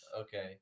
Okay